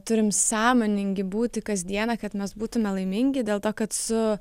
turim sąmoningi būti kasdieną kad mes būtume laimingi dėl to kad su